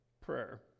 prayer